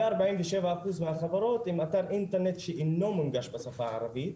וארבעים ושבע אחוז מהחברות עם אתר אינטרנט שאינו מונגש בשפה הערבית.